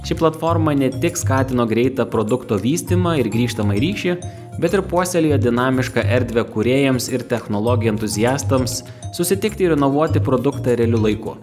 ši platforma ne tik skatino greitą produkto vystymą ir grįžtamąjį ryšį bet ir puoselėjo dinamišką erdvę kūrėjams ir technologijų entuziastams susitikti ir inovuoti produktą realiu laiku